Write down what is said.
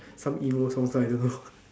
some emo songs I don't know